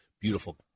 beautiful